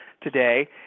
today